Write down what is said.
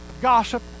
Gossip